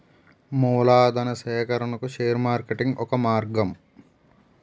మూలధనా సేకరణకు share marketing ఒక మార్గం